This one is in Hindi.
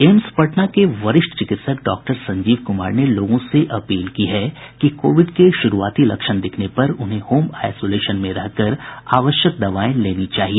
एम्स पटना के वरिष्ठ चिकित्सक डॉक्टर संजीव कुमार ने लोगों से अपील की है कि कोविड के शुरूआती लक्षण दिखने पर उन्हें होम आइसोलेशन में रहकर जरूरी दवाएं लेनी चाहिए